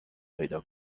پیدا